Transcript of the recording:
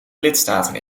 lidstaten